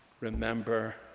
remember